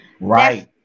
Right